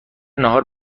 ناهار